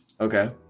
okay